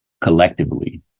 collectively